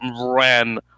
ran